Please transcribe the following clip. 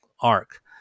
arc